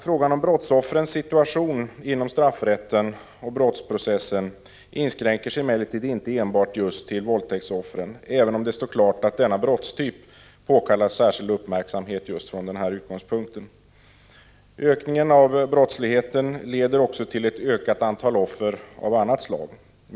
Frågan om brottsoffrens situation inom straffrätten och 27 november 1985 = brottsprocessen inskränker sig emellertid inte enbart till just våldtäktsoffer, även om det står klart att denna brottstyp påkallar särskild uppmärksamhet just från denna utgångspunkt. Ökningen av brottsligheten leder också till ett ökat antal offer av annat slag.